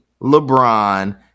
LeBron